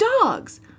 dogs